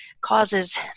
causes